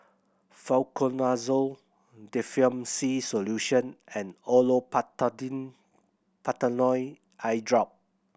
Fluconazole Difflam C Solution and Olopatadine Patanol Eyedrop